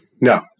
No